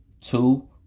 two